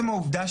תתייחס אולי,